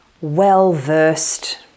well-versed